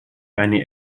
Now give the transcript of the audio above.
eine